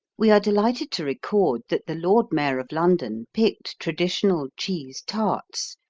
we are delighted to record that the lord mayor of london picked traditional cheese tarts,